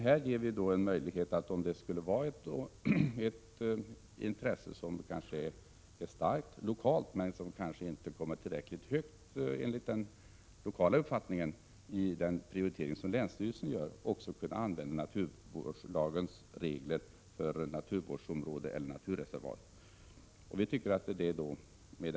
Här ger vi då en möjlighet för kommunerna att använda naturvårdslagens regler dels för naturvårdsområden eller naturvårdsreservat som det finns ett starkt lokalt intresse för, dels för de områden som enligt den lokala uppfattningen inte fått tillräckligt hög prioritet av länsstyrelsen.